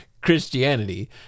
Christianity